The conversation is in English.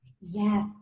Yes